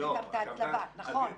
וגם את ההצלבה, נכון.